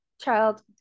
child